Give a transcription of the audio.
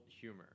humor